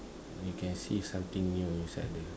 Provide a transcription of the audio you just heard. you can see something new inside there